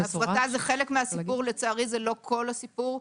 הפרטה זה חלק מהסיפור, לצערי זה לא כל הסיפור.